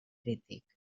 crític